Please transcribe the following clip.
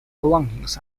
belongings